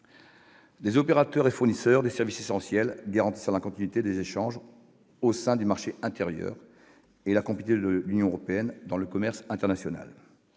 des opérateurs de services essentiels, afin de garantir la continuité des échanges au sein du marché intérieur et la compétitivité de l'Union européenne dans le commerce international.